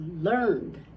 learned